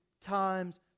times